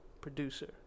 producer